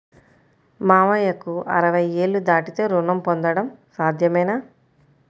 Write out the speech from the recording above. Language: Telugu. మామయ్యకు అరవై ఏళ్లు దాటితే రుణం పొందడం సాధ్యమేనా?